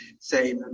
say